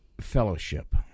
fellowship